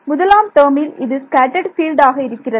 முதலாம் டேர்மில் இது ஸ்கேட்டர்ட் பீல்டு ஆக இருக்கிறதா